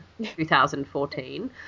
2014